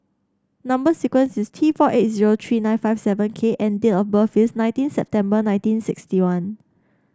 number sequence is T four eight zero three nine five seven K and date of birth is nineteen September nineteen sixty one